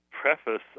preface